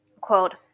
Quote